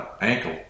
ankle